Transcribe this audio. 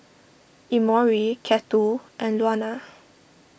Emory Cato and Luana